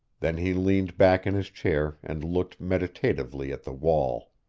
then he leaned back in his chair and looked meditatively at the wall.